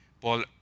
Paul